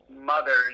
mother's